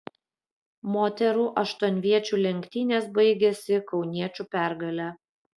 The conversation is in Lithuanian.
moterų aštuonviečių lenktynės baigėsi kauniečių pergale